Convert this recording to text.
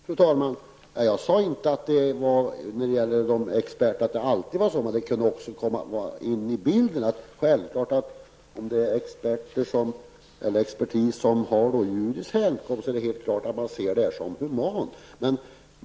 Fru talman! Jag sade inte att det alltid var så att de experter som uttalar sig till förmån för koscherslakt skulle ha någon speciell religiös tillhörighet, men jag sade att även det kan komma in i bilden. Om det är fråga om experter av judisk härkomst är det helt självklart att man ser detta som humant.